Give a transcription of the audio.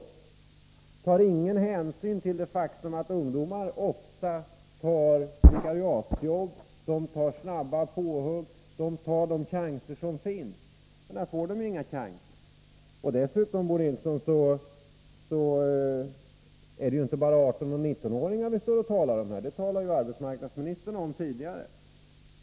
Förslaget tar ingen hänsyn till det faktum att ungdomar ofta tar vikariats jobb, de tar snabba påhugg, de tar de chanser som finns. Men här får de inga chanser. Dessutom, Bo Nilsson, är det inte bara 18-19-åringar vi talar om. Det berättade arbetsmarknadsministern tidigare.